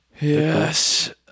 Yes